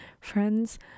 friends